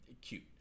cute